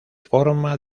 forma